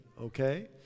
okay